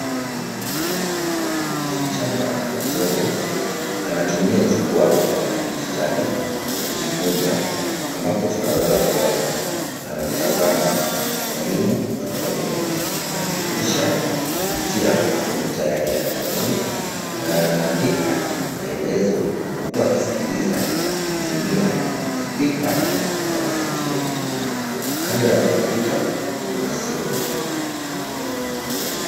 Msichana mzungu anatumia jukwaa la kidijitali kujifunza, ambapo tunaweza kuona anamtazama mwalimu mwanaume akifundisha kupitia kompyuta yake ya mkononi na anaandika maelezo huku akisikiliza kutumia spika za masikio. Kando ya kompyuta kuna simu.